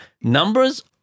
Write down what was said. Numbers